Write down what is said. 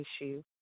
issue